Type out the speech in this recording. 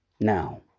Now